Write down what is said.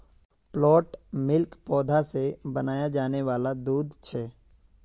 plant milk पौधा से बनाया जाने वाला दूध छे